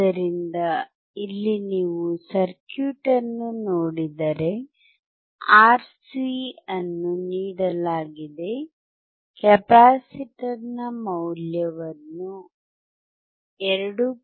ಆದ್ದರಿಂದ ಇಲ್ಲಿ ನೀವು ಸರ್ಕ್ಯೂಟ್ ಅನ್ನು ನೋಡಿದರೆ R C ಅನ್ನು ನೀಡಲಾಗಿದೆ ಕೆಪಾಸಿಟರ್ ನ ಮೌಲ್ಯವನ್ನು 2